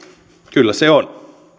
kyllä se on